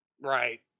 Right